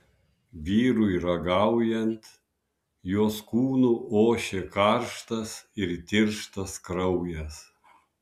vyrui ragaujant jos kūnu ošė karštas ir tirštas kraujas